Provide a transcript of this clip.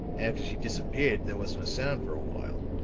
after she disappeared there wasn't a sound for a while.